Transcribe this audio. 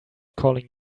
calling